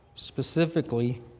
Specifically